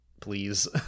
please